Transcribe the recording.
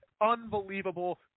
Unbelievable